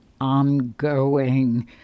ongoing